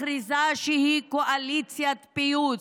מכריזה שהיא קואליציית פיוס.